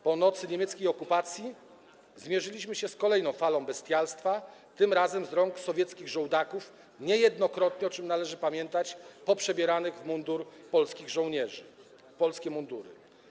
Po nocy niemieckiej okupacji zmierzyliśmy się z kolejną falą bestialstwa, tym razem z rąk sowieckich żołdaków niejednokrotnie, o czym należy pamiętać, poprzebieranych w mundur polskich żołnierzy, w polskie mundury.